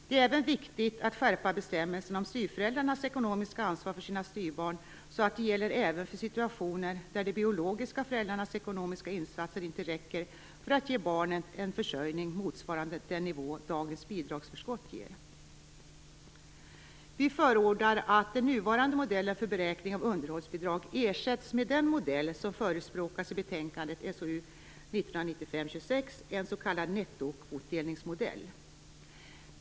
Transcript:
Det är även viktigt att skärpa bestämmelserna om styvföräldrars ekonomiska ansvar för sina styvbarn, så att de gäller även för situationer där de biologiska föräldrarnas ekonomiska insatser inte räcker för att ge barnet en försörjning motsvarande den nivå dagens bidragsförskott ger. Vi förordar att den nuvarande modellen för beräkning av underhållsbidrag ersätts med den modell som förespråkas i betänkandet SOU 1995:26, en s.k. nettokvotdelningsmodell.